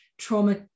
trauma